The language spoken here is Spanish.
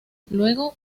luego